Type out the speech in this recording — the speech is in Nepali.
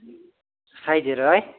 खाइदिएर है